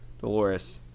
Dolores